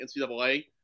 NCAA